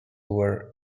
were